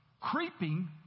creeping